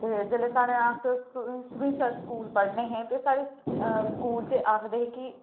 ते जेल्लै अस सरूईंसर स्कूल च पढ़ने हे ते साढ़े स्कूल च आखदे हे के